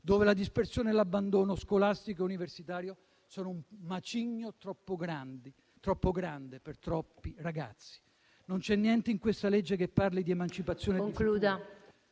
dove la dispersione e l'abbandono scolastico e universitario sono un macigno troppo grande per la vita di troppi ragazzi. Non c'è niente in questa legge che parli di emancipazione e